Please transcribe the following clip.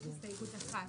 יש הסתייגות אחת